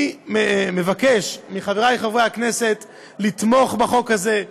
אני מבקש מחברי חברי הכנסת לתמוך בחוק הזה.